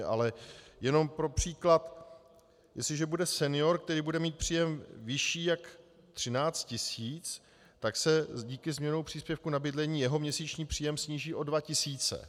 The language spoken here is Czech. Ale jenom pro příklad, jestliže bude senior, který bude mít příjem vyšší než 13 tisíc, tak se díky změně příspěvku na bydlení jeho měsíční příjem sníží o 2 tisíce.